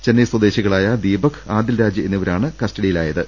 ചെന്നൈ സ്വദേശികളായ ദീപക്ക് ആദിൽ രാജ് എന്നിവരാണ്കസ്റ്റഡിയിലാ യത്